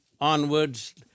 onwards